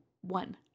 One